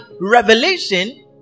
revelation